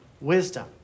wisdom